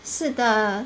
是的